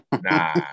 Nah